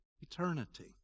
eternity